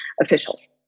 officials